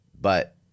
but-